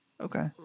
Okay